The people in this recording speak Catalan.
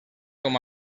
com